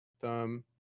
thumb